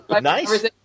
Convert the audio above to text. Nice